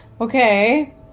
Okay